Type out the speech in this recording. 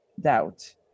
doubt